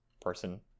person